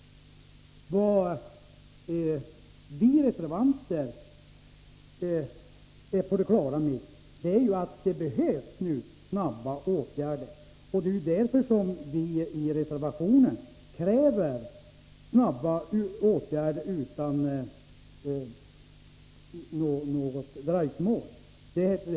Det vi reservanter är på det klara med är att det nu behövs snara åtgärder, och det är därför som vi i reservationen kräver åtgärder utan något dröjsmål.